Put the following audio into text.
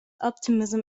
optimism